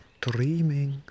dreaming